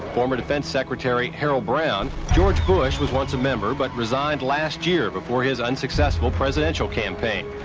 former defense secretary harold brown. george bush was once a member but resigned last year. before his unsuccessful presidential campaign.